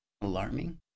alarming